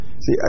See